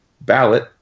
ballot